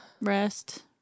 rest